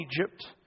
Egypt